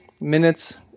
minutes